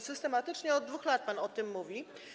Systematycznie od 2 lat pan o tym mówi.